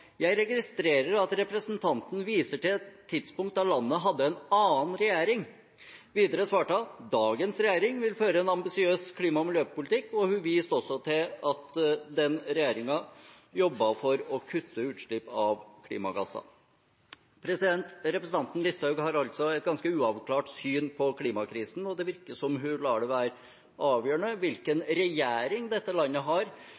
registrerer at representanten viser til et tidspunkt da landet hadde en annen regjering.» Videre svarte hun: «Dagens regjering vil føre en ambisiøs klima- og miljøpolitikk Hun viste også til at den regjeringen jobbet for å kutte utslipp av klimagasser. Representanten Listhaug har altså et ganske uavklart syn på klimakrisen, og det virker som om hun lar hvilken regjering dette landet har, være avgjørende for hvorvidt hun mener at vi har